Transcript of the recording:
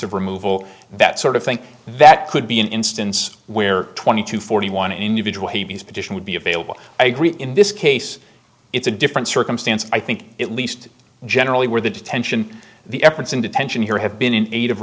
of removal that sort of thing that could be an instance where twenty to forty one individual he's position would be available i agree in this case it's a different circumstance i think at least generally where the detention the efforts in detention here have been in